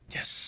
Yes